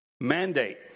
mandate